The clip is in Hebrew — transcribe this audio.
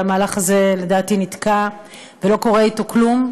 והמהלך הזה לדעתי נתקע ולא קורה אתו כלום,